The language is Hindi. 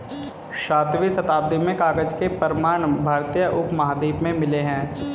सातवीं शताब्दी में कागज के प्रमाण भारतीय उपमहाद्वीप में मिले हैं